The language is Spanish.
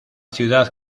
ciudad